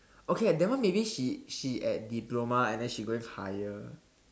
okay ah that one maybe she she at diploma and then she going higher